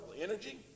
energy